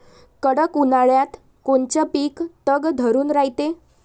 कडक उन्हाळ्यात कोनचं पिकं तग धरून रायते?